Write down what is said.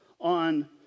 on